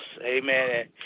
Amen